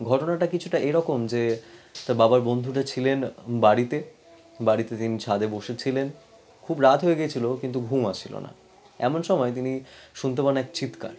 ঘটনাটা কিছুটা এরকম যে তার বাবার বন্ধুটা ছিলেন বাড়িতে বাড়িতে তিনি ছাদে বসেছিলেন খুব রাত হয়ে গিয়েছিল কিন্তু ঘুম আসছিল না এমন সময়ে তিনি শুনতে পান এক চিৎকার